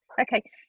Okay